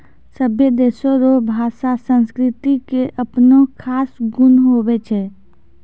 सभै देशो रो भाषा संस्कृति के अपनो खास गुण हुवै छै